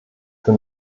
für